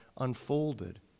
unfolded